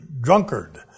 drunkard